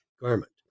Garment